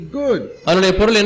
good